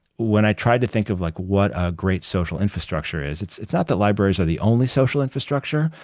when i tried to think of like what a great social infrastructure is, it's it's not that libraries are the only social infrastructure,